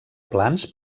plans